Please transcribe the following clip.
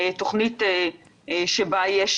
תוכנית שבה יש